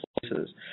places